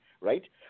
right